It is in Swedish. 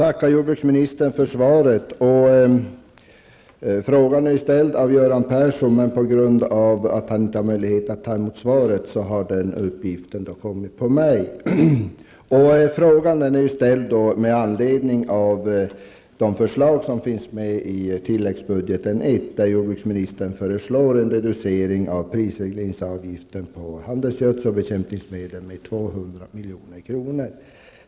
Herr talman! Jag får tacka jordbruksministern för svaret. Frågan är ställd med anledning av tilläggsbudget I, där jordbruksministern föreslår en reducering av prisregleringsavgiften på handelsgödsel och bekämpningsmedel med 200 milj.kr.